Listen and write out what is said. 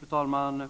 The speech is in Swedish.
Fru talman!